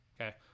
okay